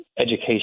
education